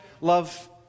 Love